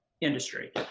industry